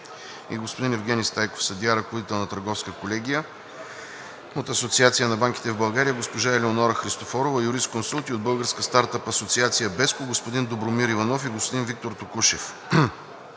и господин Евгени Стайков – съдия, ръководител на Търговската колегия; от Асоциация на банките в България – госпожа Елеонора Христофорова – юрисконсулт, и от Българска стартъп асоциация BESCO – господин Добромир Иванов и господин Виктор Токушев.